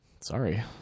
sorry